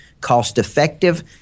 cost-effective